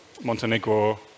Montenegro